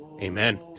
Amen